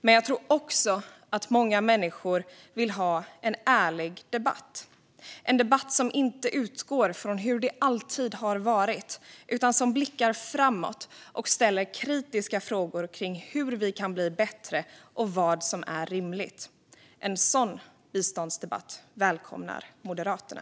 Men jag tror också att många människor vill ha en ärlig debatt, en debatt som inte utgår från hur det alltid har varit utan som blickar framåt och ställer kritiska frågor kring hur vi kan bli bättre och vad som är rimligt. En sådan biståndsdebatt välkomnar Moderaterna.